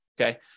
Okay